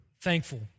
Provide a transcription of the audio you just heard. thankful